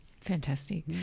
Fantastic